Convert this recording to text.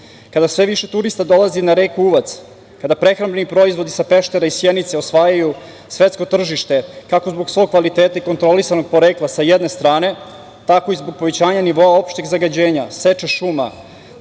kada sve više turista dolazi na reku Uvac, kada prehrambeni proizvodi sa Peštera i Sjenice osvajaju svetsko tržište, kako zbog svog kvaliteta i kontrolisanog porekla, sa jedne strane, tako i zbog povećanja nivoa opšteg zagađenja, seče šuma.